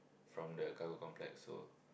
from the government complex so